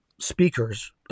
speakers